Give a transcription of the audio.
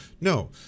no